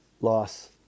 loss